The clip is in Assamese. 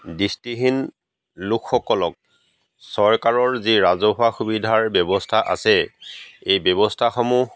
দৃষ্টিহীন লোকসকলক চৰকাৰৰ যি ৰাজহুৱা সুবিধাৰ ব্যৱস্থা আছে এই ব্যৱস্থাসমূহ